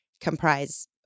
comprise